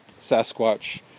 Sasquatch